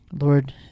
Lord